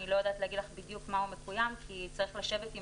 אני לא יודעת להגיד לך בדיוק מה מקויים כי צריך לשבת עם